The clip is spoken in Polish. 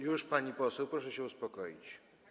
Już, pani poseł, proszę się uspokoić.